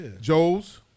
Joes